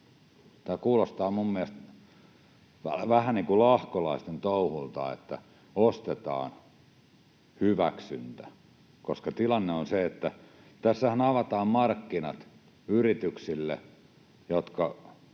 Tämä kuulostaa minun mielestäni vähän niin kuin lahkolaisten touhulta, että ostetaan hyväksyntä. Koska tilanne on se, että tässähän avataan markkinat yrityksille, jotka